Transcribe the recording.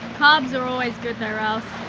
carbs are always good though riles.